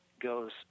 goes